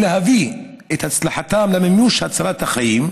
להביא את הצלחתם למימוש הצלת החיים,